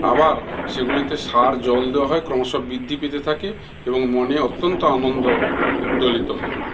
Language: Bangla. আবার সেগুলিতে সার জল দেওয়া হয় ক্রমশ বৃদ্ধি পেতে থাকে এবং মনে অত্যন্ত আনন্দ উদ্বেলিত হয়